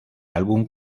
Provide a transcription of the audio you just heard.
álbum